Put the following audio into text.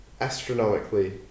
astronomically